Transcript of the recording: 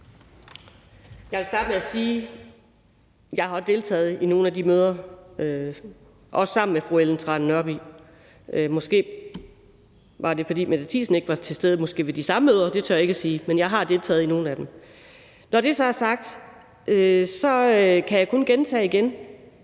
Jeg vil starte med at sige, at jeg også har deltaget i nogle af de møder, også sammen med fru Ellen Trane Nørby, og måske var det, fordi fru Mette Thiesen ikke var til stede til de samme møder – det tør jeg ikke sige – men jeg har deltaget i nogle af dem. Når det så er sagt, kan jeg kun gentage,